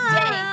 day